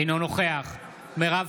אינו נוכח מירב